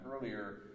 earlier